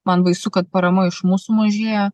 man baisu kad parama iš mūsų mažėja